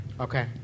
Okay